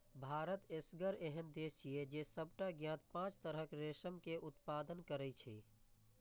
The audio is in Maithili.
भारत एसगर एहन देश छियै, जे सबटा ज्ञात पांच तरहक रेशम के उत्पादन करै छै